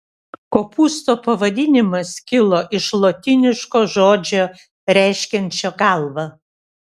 kopūsto pavadinimas kilo iš lotyniško žodžio reiškiančio galvą